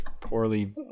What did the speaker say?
poorly